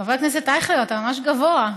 חבר הכנסת אייכלר, אתה ממש גבוה.